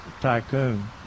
tycoon